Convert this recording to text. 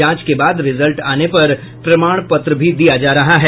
जांच के बाद रिजल्ट आने पर प्रमाण पत्र भी दिया जा रहा है